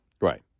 Right